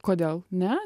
kodėl ne